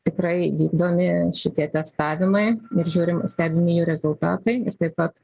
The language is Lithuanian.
tikrai vykdomi šitie testavimai ir žiūrim stebimi jų rezultatai ir taip pat